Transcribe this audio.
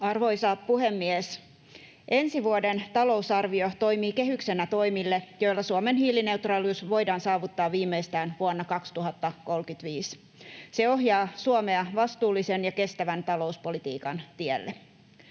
Arvoisa puhemies! Ensi vuoden talousarvio toimii kehyksenä toimille, joilla Suomen hiilineutraalius voidaan saavuttaa viimeistään vuonna 2035. Se ohjaa Suomea vastuullisen ja kestävän talouspolitiikan tielle.